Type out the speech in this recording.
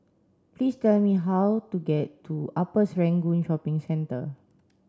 please tell me how to get to Upper Serangoon Shopping Centre